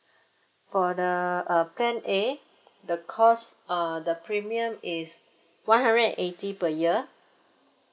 for the uh plan A the cost uh the premium is one hundred and eighty per year